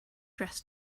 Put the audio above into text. dress